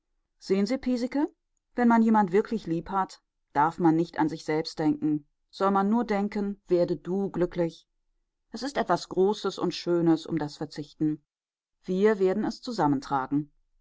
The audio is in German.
sehen sie piesecke wenn man jemand wirklich liebhat darf man nicht an sich selbst denken soll man nur denken werde du glücklich es ist etwas großes und schönes um das verzichten wir werden es zusammen